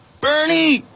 Bernie